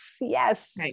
Yes